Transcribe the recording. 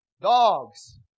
dogs